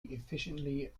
efficiently